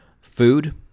food